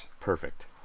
Perfect